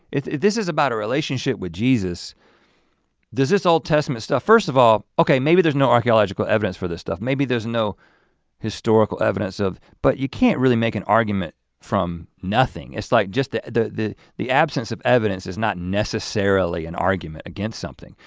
if this is about a relationship with jesus, does this old testament stuff, first of all, okay maybe there's no archeological evidence for this stuff, maybe there's no historical evidence of it. but you can't really make an argument from nothing. it's like just the the absence of evidence is not necessarily an argument against something.